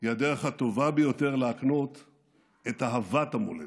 היא הדרך הטובה ביותר להקנות את אהבת המולדת.